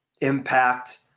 impact